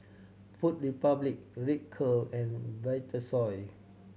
Food Republic Ripcurl and Vitasoy